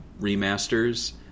remasters